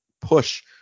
push